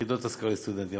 יחידות השכרה לסטודנטים.